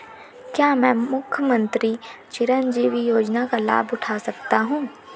क्या मैं मुख्यमंत्री चिरंजीवी योजना का लाभ उठा सकता हूं?